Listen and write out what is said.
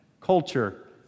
culture